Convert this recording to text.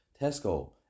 Tesco